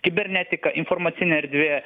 kibernetika informacinė erdvė